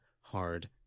hard